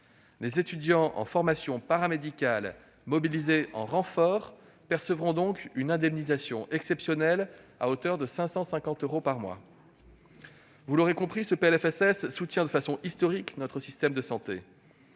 Les étudiants en formations paramédicales mobilisés en renfort percevront donc une indemnisation exceptionnelle, à hauteur de 550 euros par mois. Vous l'aurez compris, ce PLFSS soutient de façon historique notre système de santé.